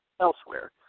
elsewhere